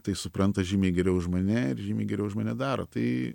tai supranta žymiai geriau už mane ir žymiai geriau už mane daro tai